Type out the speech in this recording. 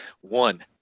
one